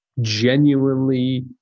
genuinely